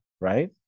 right